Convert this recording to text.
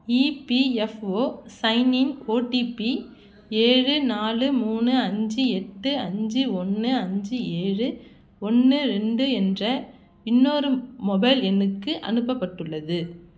EPFO sign in OTP ஏழு நாலு மூணு அஞ்சு எட்டு அஞ்சு ஒன்று அஞ்சு ஏழு ஒன்று ரெண்டு என்ற இன்னொரு மொபைல் எண்ணுக்கு அனுப்பப்பட்டுள்ளது